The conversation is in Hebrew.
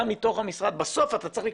גם מתוך המשרד בסוף אתה צריך,